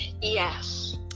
Yes